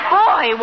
boy